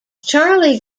charlie